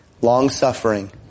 long-suffering